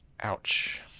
Ouch